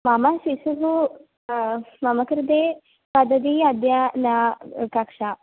मम शिशुः मम कृते वदति अद्य न कक्षा